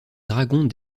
dragons